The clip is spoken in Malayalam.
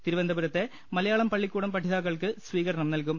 തിരുവനന്തപുരത്തെ മലയാളം പള്ളിക്കൂടം പഠിതാക്കൾക്ക് സ്വീകരണം നൽകും